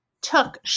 took